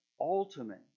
ultimate